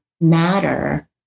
matter